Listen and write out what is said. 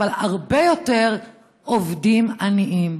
אבל הרבה יותר עובדים עניים.